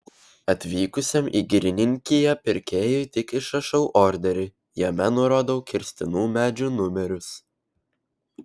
atvykusiam į girininkiją pirkėjui tik išrašau orderį jame nurodau kirstinų medžių numerius